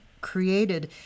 created